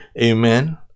amen